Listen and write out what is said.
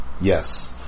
Yes